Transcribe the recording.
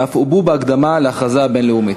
שאף הובעו בהקדמה להכרזה הבין-לאומית.